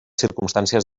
circumstàncies